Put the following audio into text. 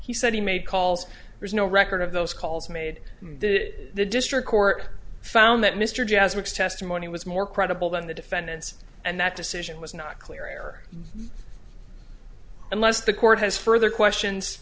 he said he made calls there's no record of those calls made that the district court found that mr jazz week's testimony was more credible than the defendants and that decision was not clear unless the court has further questions